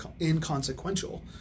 inconsequential